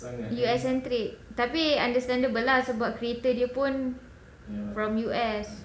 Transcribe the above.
U_S centric tapi understandable lah sebab creator dia pun from U_S